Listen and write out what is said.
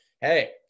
hey